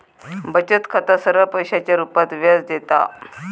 बचत खाता सरळ पैशाच्या रुपात व्याज देता